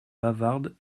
bavarde